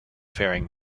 faring